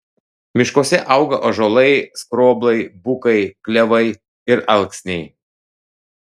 miškuose auga ąžuolai skroblai bukai klevai ir alksniai